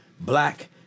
black